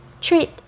treat